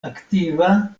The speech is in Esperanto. aktiva